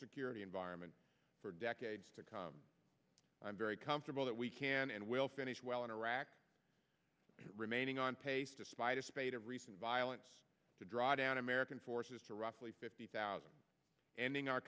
security environment for decades to come i'm very comfortable that we can and will finish well in iraq remaining on taste despite a spate of recent violence to draw down american forces to roughly fifty thousand ending our